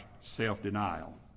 self-denial